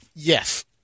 Yes